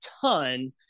ton